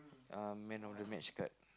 uh man of the match card